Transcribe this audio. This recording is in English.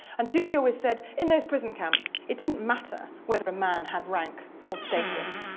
and toosey always said, in those prison camps it didn't matter whether a man had rank or status.